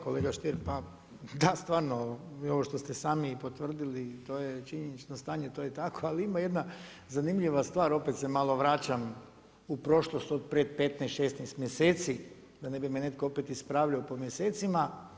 Kolega Stier, da stvarno ovo što ste sami potvrdili, to je činjenično stanje, to je tako, ali ima jedna zanimljiva stvar, opet se malo vraćam u prošlost od prije 15, 16 mjeseci da ne bi me netko opet ispravljao po mjesecima.